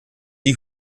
die